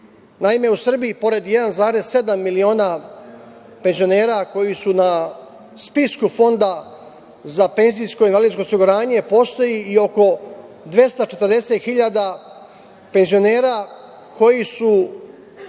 Naime, u Srbiji pored 1,7 miliona penzionera koji su na spisku Fonda za penzijsko i invalidsko osiguranje postoji i oko 240.000 penzionera koji su